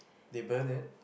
they burn it